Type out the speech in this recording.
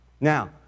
Now